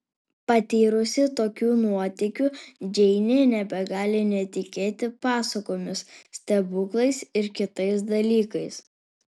patyrusi tokių nuotykių džeinė nebegali netikėti pasakomis stebuklais ir kitais dalykais